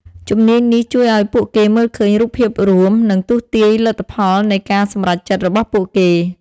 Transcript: ជំនាញនេះជួយឲ្យពួកគេមើលឃើញរូបភាពរួម និងទស្សន៍ទាយលទ្ធផលនៃការសម្រេចចិត្តរបស់ពួកគេ។